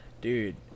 Dude